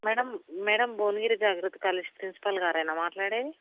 madam madam Bhuvanagiri Jagruti college principal గారేనా మాట్లాడేది